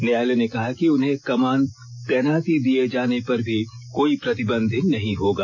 न्यायालय ने कहा कि उन्हें कमान तैनाती दिये जाने पर भी कोई प्रतिबंध नहीं होगा